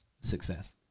success